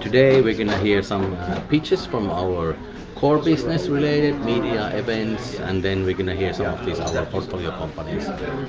today, we're going to hear some pitches from our core business related media events and then we're gonna hear some of these other portfolio companies